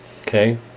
Okay